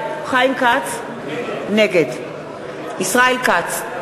נגד ישראל כץ,